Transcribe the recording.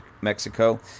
Mexico